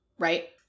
Right